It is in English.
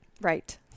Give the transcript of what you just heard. Right